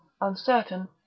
uncertain